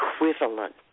equivalent